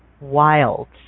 wilds